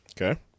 okay